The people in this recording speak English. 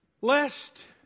Lest